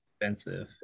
Expensive